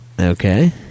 Okay